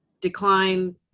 decline